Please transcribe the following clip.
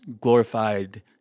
glorified